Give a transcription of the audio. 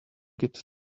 get